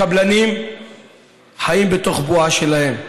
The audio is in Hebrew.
הקבלנים חיים בתוך בועה שלהם,